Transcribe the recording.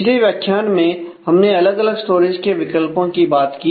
पिछले व्याख्यान में हमने अलग अलग स्टोरेज के विकल्पों की बात की